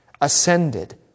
ascended